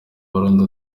burundi